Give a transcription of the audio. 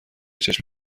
چشم